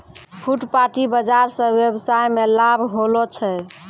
फुटपाटी बाजार स वेवसाय मे लाभ होलो छै